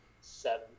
seven